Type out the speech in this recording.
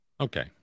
okay